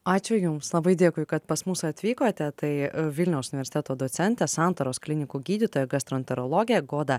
ačiū jums labai dėkui kad pas mus atvykote tai vilniaus universiteto docentė santaros klinikų gydytoja gastroenterologė goda